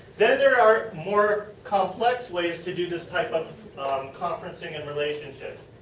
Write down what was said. then there are more complex ways to do this type of conferencing and relationships.